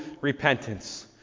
repentance